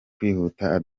kwihuta